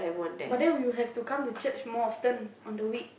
but we will have to come to church more often on the week